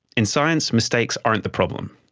in science, mistakes aren't the problem,